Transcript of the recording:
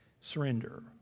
Surrender